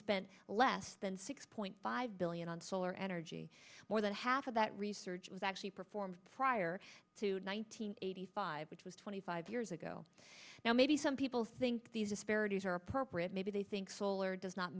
spent less than six point five billion on solar energy more than half of that research was actually performed prior to nine hundred eighty five which was twenty five years ago now maybe some people think these disparities are appropriate maybe they think solar does not